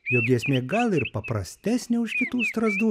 jo giesmė gal ir paprastesnė už kitų strazdų